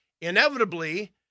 inevitably